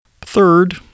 Third